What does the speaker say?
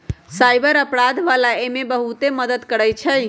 cyber अपराध वाला एमे बहुते मदद करई छई